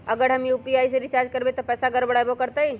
अगर हम यू.पी.आई से रिचार्ज करबै त पैसा गड़बड़ाई वो करतई?